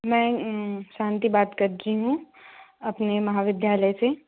मैं शांति बात कर रही हूँ अपने महाविद्यालय से